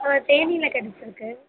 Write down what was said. ஆ தேனியில கிடைச்சிருக்கு